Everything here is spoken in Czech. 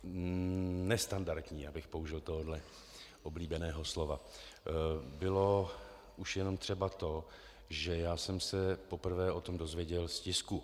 Nestandardní, abych použil tohoto oblíbeného slova, bylo už jenom třeba to, že já jsem se poprvé o tom dozvěděl z tisku.